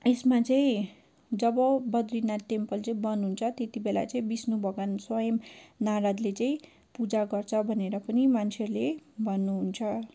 यसमा चाहिँ जब बद्रीनाथ टेम्पल चाहिँ बन्द हुन्छ त्यत्ति बेला चाहिँ विष्णु भगवान स्वयम् नारदले चाहिँ पूजा गर्छ भनेर पनि मान्छेहरूले भन्नुहुन्छ